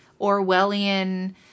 Orwellian